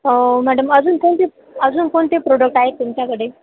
हो मॅडम अजून कोणते अजून कोणते प्रोडक्ट आहेत तुमच्याकडे